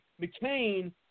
McCain